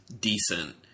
decent